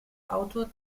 autor